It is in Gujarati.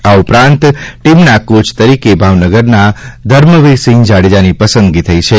આ ઉપરાંત ટીમના કોચ તરીકે ભાવનગરના ધર્મવીરસિંહ જાડેજાની પસંદગી થઈ છે